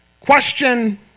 Question